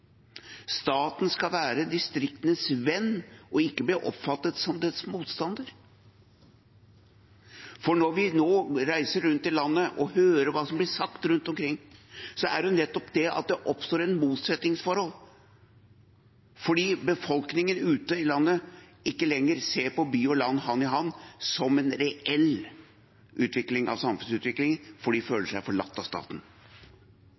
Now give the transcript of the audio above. Staten skal være distriktenes venn og ikke bli oppfattet som dens motstander. Når vi nå reiser rundt i landet og hører hva som blir sagt rundt omkring, oppstår det et motsetningsforhold, fordi befolkningen ute i landet ser ikke lenger på «by og land hand i hand» som en reell del av samfunnsutviklingen, for de føler seg forlatt av staten.